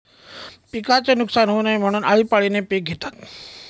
पिकाचे नुकसान होऊ नये म्हणून, आळीपाळीने पिक घेतात